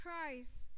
Christ